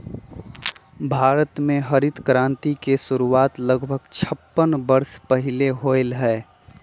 भारत में हरित क्रांति के शुरुआत लगभग छप्पन वर्ष पहीले होलय हल